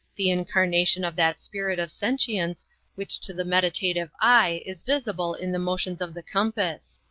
the incarnation of that spirit of sentience which to the meditative eye is visible in the motions of the compass.